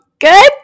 good